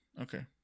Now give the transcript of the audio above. Okay